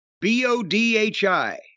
B-O-D-H-I